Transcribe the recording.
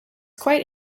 quite